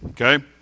okay